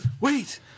Wait